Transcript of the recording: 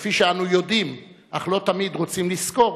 כפי שאנו יודעים אך לא תמיד רוצים לזכור,